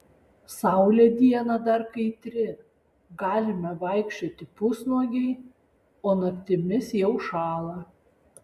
saulė dieną dar kaitri galime vaikščioti pusnuogiai o naktimis jau šąla